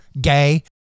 Gay